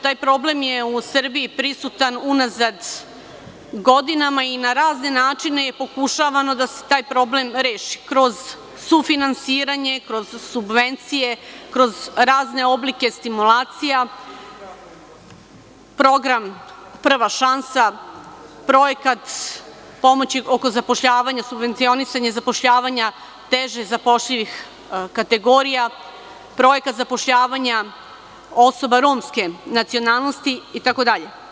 Taj problem je u Srbiji prisutan unazad godinama i na razne načine je pokušavano da se taj problem reši kroz sufinansiranje, kroz subvencije, kroz razne oblike stimulacija, program prva šansa, projekat pomoći oko zapošljavanja, subvencionisanje zapošljavanja teže zapošljivih kategorija, projekat zapošljavanja osoba romske nacionalnosti itd.